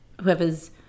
whoever's